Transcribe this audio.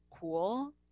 cool